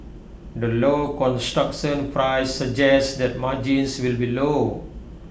the low construction flies suggests that margins will be low